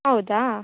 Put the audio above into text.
ಹೌದಾ